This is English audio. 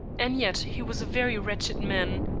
and yet he was a very wretched man,